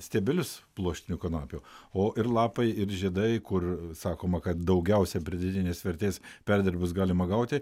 stiebelius pluoštinių kanapių o ir lapai ir žiedai kur sakoma kad daugiausia pridėtinės vertės perdirbus galima gauti